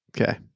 Okay